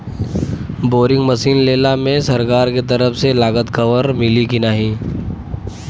Boring machine लेला मे सरकार के तरफ से लागत कवर मिली की नाही?